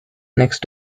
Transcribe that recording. next